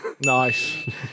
Nice